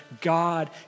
God